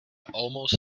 almost